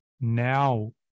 now